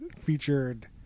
featured